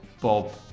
Bob